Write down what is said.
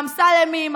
האמסלמים,